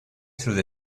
through